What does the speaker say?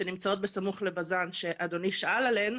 שנמצאות בסמוך לבזן שאדוני שאל עליהן,